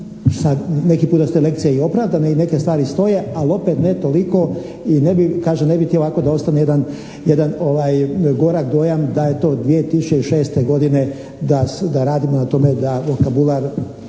sa neki puta su te lekcije i opravdane i neke stvari stoje ali opet ne toliko i ne bi htio, kažem ne bi htio da ovako ostane jedan gorak dojam da je to 2006. godine da radimo na tome da vokabular